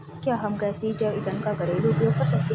क्या हम गैसीय जैव ईंधन का घरेलू उपयोग कर सकते हैं?